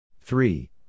Three